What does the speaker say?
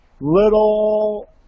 little